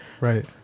Right